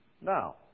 Now